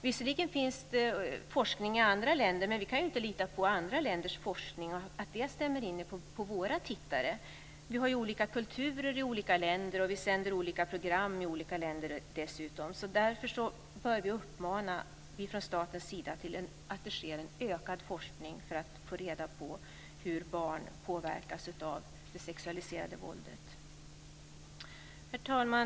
Visserligen sker det forskning i andra länder, men vi kan ju inte lita på andra länders forskning och att den stämmer in på våra tittare. Vi har ju olika kulturer i olika länder, och vi sänder dessutom olika program i olika länder. Därför bör vi från statens sida uppmana till ökad forskning för att man ska få reda på hur barn påverkas av det sexualiserade våldet. Herr talman!